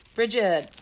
Bridget